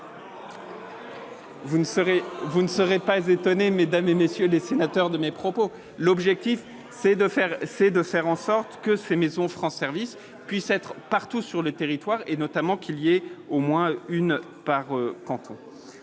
ne serait pas étonné, mesdames et messieurs les sénateurs, de mes propos, l'objectif c'est de faire, c'est de faire en sorte que ces maisons France service puisse être partout sur le territoire et notamment qu'il y ait au moins une par canton,